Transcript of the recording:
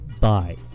Bye